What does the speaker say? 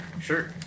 Sure